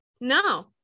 No